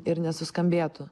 ir nesuskambėtų